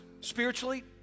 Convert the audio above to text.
spiritually